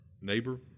neighbor